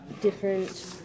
different